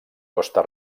costa